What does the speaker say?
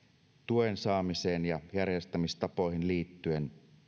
tuen saamiseen ja järjestämistapoihin liittyen